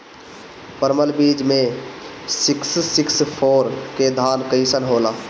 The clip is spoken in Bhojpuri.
परमल बीज मे सिक्स सिक्स फोर के धान कईसन होला?